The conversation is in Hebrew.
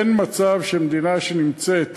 אין מצב שמדינה שנמצאת